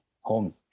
home